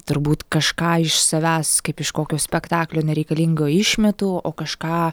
turbūt kažką iš savęs kaip iš kokio spektaklio nereikalingo išmetu o kažką